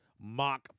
mock